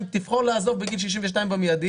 אם תבחר לעזוב בגיל 62 במיידי,